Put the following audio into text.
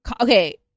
Okay